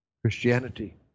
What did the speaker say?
Christianity